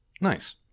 Nice